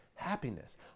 happiness